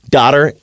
Daughter